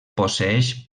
posseeix